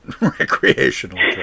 recreational